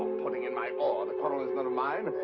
putting in my oar. the quarrel is none of mine,